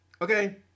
Okay